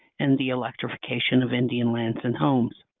and the electrification of indian lands and homes.